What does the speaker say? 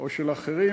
או של אחרים,